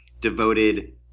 devoted